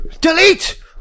delete